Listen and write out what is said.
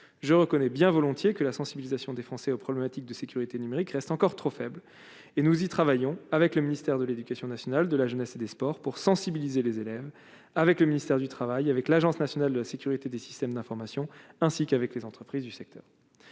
je reconnais bien volontiers que la sensibilisation des Français aux problématiques de sécurité numérique reste encore trop faible, et nous y travaillons avec le ministère de l'Éducation nationale de la jeunesse et des sports pour sensibiliser les élèves avec le ministère du Travail avec l'Agence nationale de la sécurité des systèmes d'information, ainsi qu'avec les entreprises du secteur